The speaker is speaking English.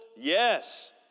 Yes